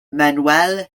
manuel